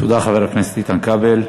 תודה, חבר הכנסת איתן כבל.